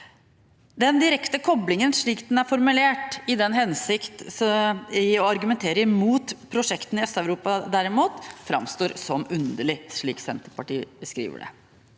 Den direkte koblingen, slik den er formulert, i den hensikt å argumentere imot å støtte prosjektene i ØstEuropa, framstår derimot som underlig – slik Senterpartiet beskriver det.